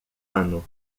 ano